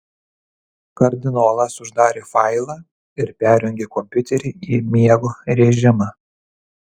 kardinolas uždarė failą ir perjungė kompiuterį į miego režimą